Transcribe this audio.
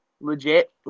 legit